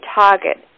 target